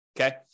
okay